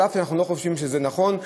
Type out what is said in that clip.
אף שאנחנו לא חושבים שזה נכון.